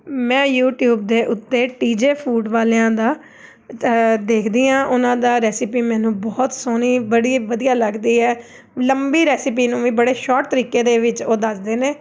ਮੈਂ ਯੂਟਿਊਬ ਦੇ ਉੱਤੇ ਟੀ ਜੇ ਫੂਡ ਵਾਲਿਆਂ ਦਾ ਤ ਦੇਖਦੀ ਹਾਂ ਉਹਨਾਂ ਦਾ ਰੈਸਿਪੀ ਮੈਨੂੰ ਬਹੁਤ ਸੋਹਣੀ ਬੜੀ ਵਧੀਆ ਲੱਗਦੀ ਹੈ ਲੰਬੀ ਰੈਸਿਪੀ ਨੂੰ ਵੀ ਬੜੇ ਸ਼ਾਰਟ ਤਰੀਕੇ ਦੇ ਵਿੱਚ ਉਹ ਦੱਸ ਦੇ ਨੇ